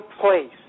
place